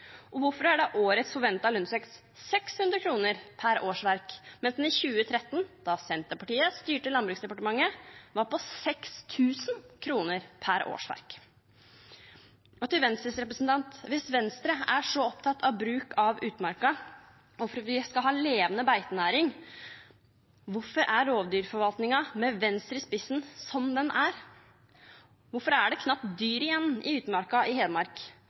Og hvorfor er årets forventede lønnsvekst 600 kr per årsverk, mens den i 2013, da Senterpartiet styrte Landbruksdepartementet, var på 6 000 kr per årsverk? Og til Venstres representant: Hvis Venstre er så opptatt av bruk av utmarka og vi skal ha en levende beitenæring, hvorfor er rovdyrforvaltningen, med Venstre i spissen, som den er? Hvorfor er det knapt dyr igjen i utmarka i Hedmark?